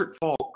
Falk